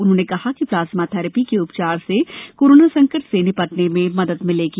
उन्होंने कहा कि प्लाज्मा थैरेपी के उपचार से कोरोना संकट से निपटने में मदद मिलेगी